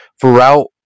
throughout